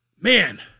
Man